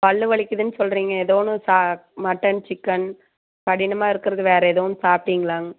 பல் வலிக்குதுன்னு சொல்கிறிங்க ஏதோன்னு மட்டன் சிக்கன் கடினமாக இருக்கிறது வேற எதுவும் சாப்பிட்டீங்களாங்க